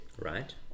Right